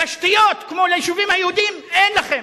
תשתיות כמו ליישובים היהודיים אין לכם.